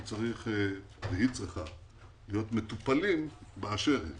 הם צריכים להיות מטופלים באשר הם.